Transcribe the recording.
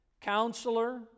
Counselor